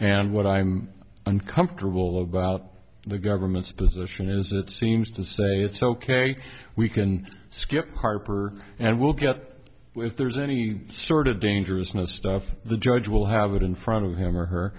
and what i'm uncomfortable about the government's position is it seems to say it's ok we can skip harper and we'll get if there's any sort of dangerousness stuff the judge will have it in front of him or her